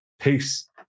Peace